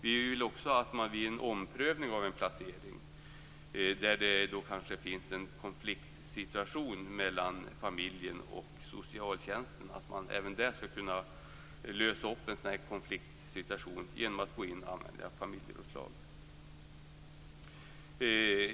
Vi vill också att man vid en omprövning av en placering, där det kanske finns en konfliktsituation mellan familjen och socialtjänsten, skall kunna lösa konflikten genom att gå in och använda familjerådslag.